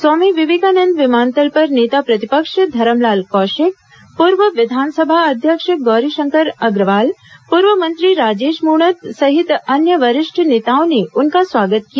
स्वामी विवेकानंद विमानतल पर नेता प्रतिपक्ष धरमलाल कौशिक पूर्व विधानसभा अध्यक्ष गौरीशंकर अग्रवाल पूर्व मंत्री राजेश मूणत सहित अन्य वरिष्ठ नेताओं ने उनका स्वागत किया